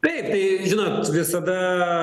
taip tai žinot visada